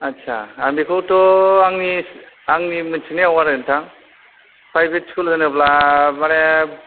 आत्सा आं बेखौथ' आंनि आंनि मिन्थिनायाव आरो नोंथां प्राइभेत स्कुल होनोब्ला माने